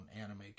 anime